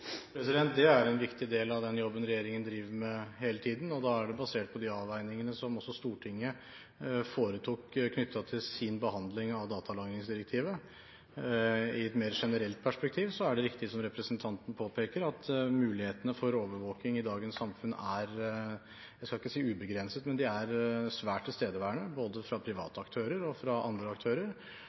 da er det basert på de avveiningene som også Stortinget foretok ved sin behandling av datalagringsdirektivet. I et mer generelt perspektiv er det riktig, som representanten Skei Grande påpeker, at mulighetene for overvåking i dagens samfunn er – jeg skal ikke si ubegrenset, men de er svært tilstedeværende både fra private aktører og andre aktører.